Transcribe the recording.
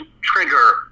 trigger